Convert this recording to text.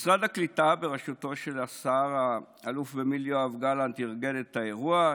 משרד הקליטה בראשותו של השר האלוף במיל' יואב גלנט ארגן את האירוע.